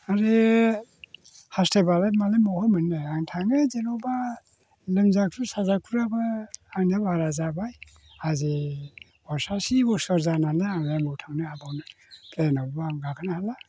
आरो हास्थायबालाय मालाय बहा मोननो आं थाङो जेन'बा लोमजाखु साजाखुलाबो आंना बारा जाबाय आजि फसासि बोसोर जानानै आंलाय अबाव थांनो हाबावनो प्लेनावबो आं गाखोनो हाला